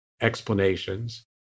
explanations